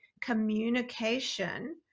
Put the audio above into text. communication